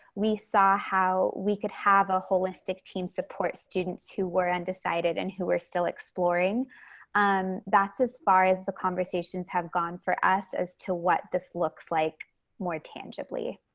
we saw how we could have a holistic team support students who were undecided and who were still exploring, and um that's as far as the conversations have gone for us as to what this looks like more tangibly